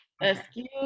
excuse